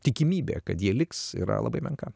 tikimybė kad jie liks yra labai menka